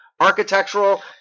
architectural